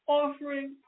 offering